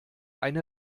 eine